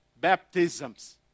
baptisms